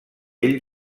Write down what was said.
ell